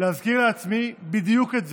להזכיר לעצמי בדיוק את זה,